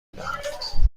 میدهد